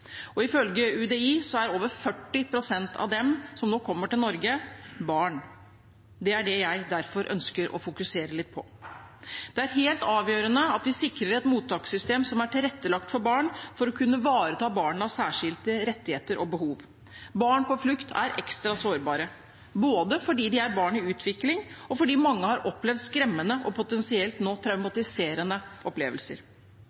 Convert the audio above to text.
og ifølge UDI er over 40 pst. av dem som nå kommer til Norge, barn. Det er det jeg derfor ønsker å fokusere litt på. Det er helt avgjørende at vi sikrer et mottakssystem som er tilrettelagt for barn, for å kunne ivareta barnas særskilte rettigheter og behov. Barn på flukt er ekstra sårbare både fordi de er barn i utvikling, og fordi mange har opplevd skremmende og nå potensielt